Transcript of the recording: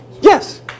Yes